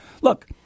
Look